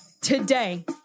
Today